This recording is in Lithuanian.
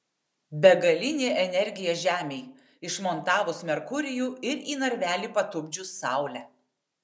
begalinė energija žemei išmontavus merkurijų ir į narvelį patupdžius saulę